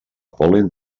pol·len